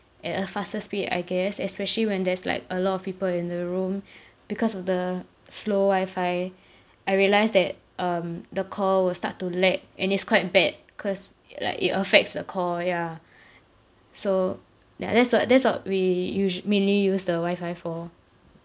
at a faster speed I guess especially when there's like a lot of people in the room because of the slow wifi I realised that um the call will start to lag and it's quite bad cause ya like it affects the call yeah so ya that's what that's what we usu~ mainly use the wifi for